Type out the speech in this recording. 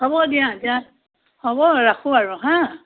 হ'ব দিয়া দিয়া হ'ব ৰাখো আৰু হাঁ